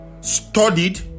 studied